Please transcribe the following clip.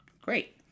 great